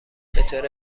بطور